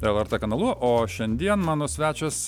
lrt kanalu o šiandien mano svečias